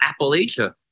Appalachia